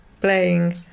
playing